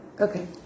Okay